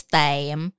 time